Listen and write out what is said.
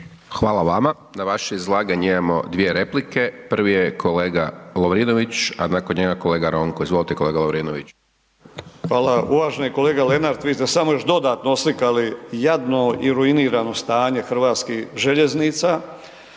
Hvala vama. Na vaše izlaganje imamo dvije replike. Prvi je kolega Lovrinović, a nakon njega kolega Ronko. Izvolite, kolega Lovrinović. **Lovrinović, Ivan (Promijenimo Hrvatsku)** Hvala uvaženi kolega Lenart vi ste samo još dodatno oslikali jadno i ruinirano stanje hrvatskih željeznica,